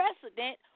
precedent